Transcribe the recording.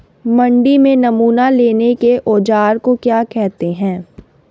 मंडी में नमूना लेने के औज़ार को क्या कहते हैं?